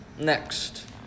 Next